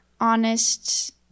honest